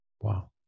Wow